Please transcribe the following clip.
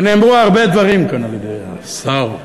ונאמרו הרבה דברים כאן על-ידי השר,